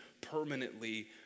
permanently